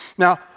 Now